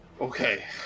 Okay